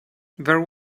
there